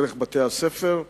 דרך בתי-הספר,